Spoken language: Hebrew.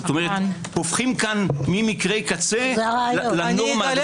כלומר הופכים פה ממקרה קצה לנורמה.